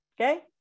Okay